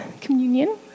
communion